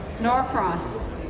Norcross